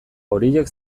horiek